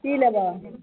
की लेबय